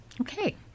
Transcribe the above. Okay